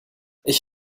ich